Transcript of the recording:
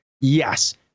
Yes